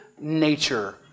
nature